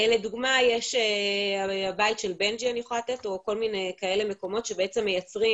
לדוגמה יש 'הבית של בנג'י' או כל מיני כאלה מקומות שבעצם מייצרים